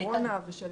הקורונה ושל